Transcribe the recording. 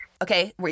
Okay